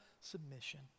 submission